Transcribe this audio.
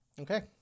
Okay